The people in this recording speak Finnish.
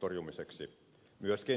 torjumiseksi myöskin lentoliikenteen